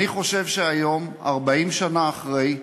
היום, 40 שנה אחרי,